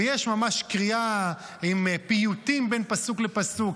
ויש ממש קריאה עם פיוטים בין פסוק לפסוק,